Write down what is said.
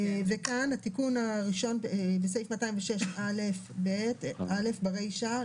כאן התיקון הראשון: בסעיף 206א(ב) ברישא,